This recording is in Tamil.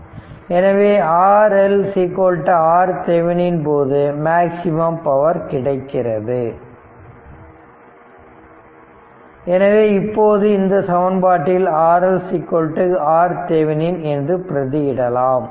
எனவே RL RThevenin போது மேக்ஸிமம் பவர் கிடைக்கப்படுகிறது எனவே இப்போது இந்த சமன்பாட்டில் RLRThevenin என்று பிரதி இடலாம்